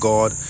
God